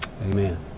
Amen